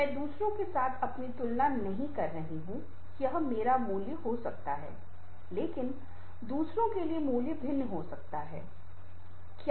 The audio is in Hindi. मैं दूसरों के साथ अपनी तुलना नहीं कर रहा हूं यह मेरा मूल्य हो सकता है लेकिन दूसरों के लिए मूल्य भिन्न हो सकता है